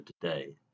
today